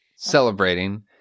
celebrating